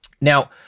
Now